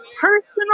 personal